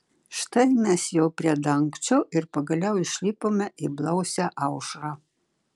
štai mes jau prie dangčio ir pagaliau išlipome į blausią aušrą